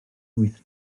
wyth